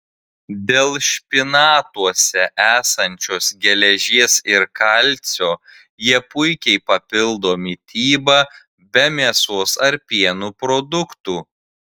dėl špinatuose esančios geležies ir kalcio jie puikiai papildo mitybą be mėsos ar pieno produktų